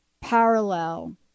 parallel